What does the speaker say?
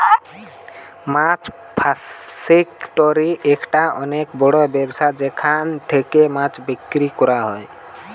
মাছ ফাসিকটোরি একটা অনেক বড় ব্যবসা যেখান থেকে মাছ বিক্রি করা হয়